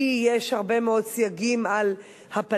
כי בתוך המשפחה יש הרבה מאוד סייגים על הפלה,